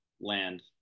land